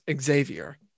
Xavier